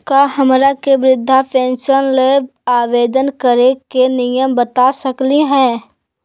का हमरा के वृद्धा पेंसन ल आवेदन करे के नियम बता सकली हई?